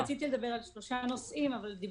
תודה רבה.